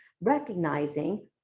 recognizing